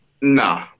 no